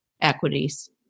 equities